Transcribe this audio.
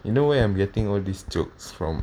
you know where I'm getting all these jokes from